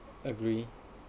agree